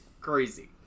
crazy